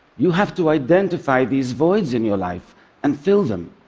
you have to identify these voids in your life and fill them,